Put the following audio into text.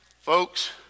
Folks